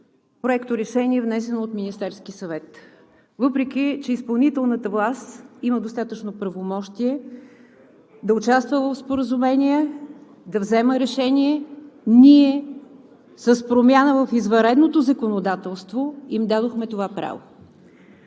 Проекторешение, внесено от Министерския съвет, въпреки че изпълнителната власт има достатъчно правомощие да участва в споразумение, да взема решение. Ние с промяна в извънредното законодателство им дадохме това право.